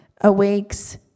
awakes